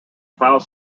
file